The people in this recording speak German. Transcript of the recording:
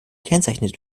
gekennzeichnet